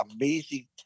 amazing